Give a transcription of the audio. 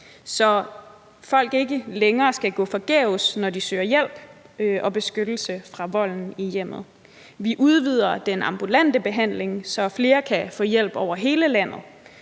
så folk ikke længere skal gå forgæves, når de søger hjælp og beskyttelse fra volden i hjemmet. Vi udvider den ambulante behandling, så flere kan få hjælp over hele landet,